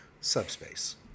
subspace